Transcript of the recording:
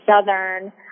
Southern